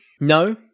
No